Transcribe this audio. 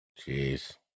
Jeez